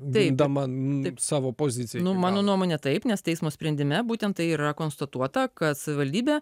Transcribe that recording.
taip nu mano nuomone taip nes teismo sprendime būtent tai yra konstatuota kad savivaldybė